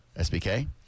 SBK